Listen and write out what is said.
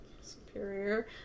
superior